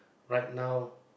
right now